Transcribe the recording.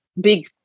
big